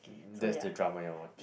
that's the drama you're watched